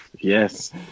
Yes